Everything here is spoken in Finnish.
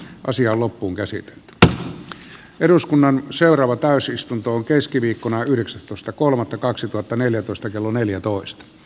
asiaa loppuunkäsite tavalla eduskunnan seuraava täysistuntoon keskiviikkona yhdeksästoista kolmannetta kaksituhattaneljätoista kello neljätoista